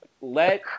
Let